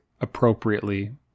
appropriately